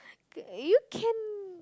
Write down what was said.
you can